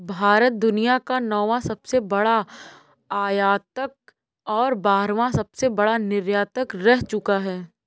भारत दुनिया का नौवां सबसे बड़ा आयातक और बारहवां सबसे बड़ा निर्यातक रह चूका है